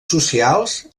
socials